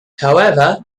however